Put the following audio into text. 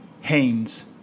Haynes